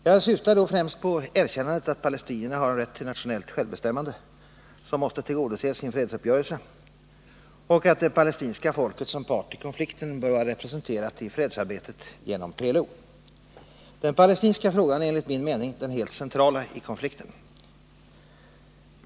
Jag syftar då främst på erkännandet att palestinierna har en rätt till nationellt självbestämmande, som måste tillgodoses i en fredsuppgörelse, och att det palestinska folket som part i konflikten bör vara representerat i fredsarbetet genom PLO. Den palestinska frågan är enligt min mening den helt centrala i konflikten.